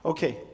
Okay